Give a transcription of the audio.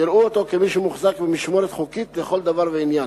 יראו אותו כמי שמוחזק במשמורת חוקית לכל דבר ועניין.